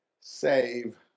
save